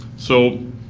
so,